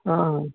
हाँ हाँ